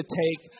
take